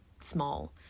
small